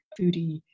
foodie